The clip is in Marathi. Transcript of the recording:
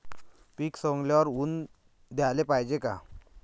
पीक सवंगल्यावर ऊन द्याले पायजे का?